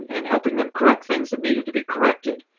and helping them correct things that needed to be corrected.